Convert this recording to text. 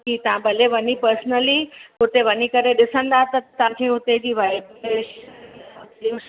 कि तव्हां भले वञी पर्सनली हुते वञी करे ॾिसंदा त तव्हांखे हुते जी वाइब्रेशन